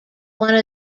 one